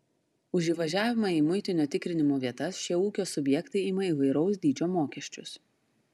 už įvažiavimą į muitinio tikrinimo vietas šie ūkio subjektai ima įvairaus dydžio mokesčius